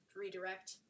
redirect